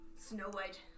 snow-white